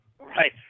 Right